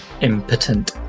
impotent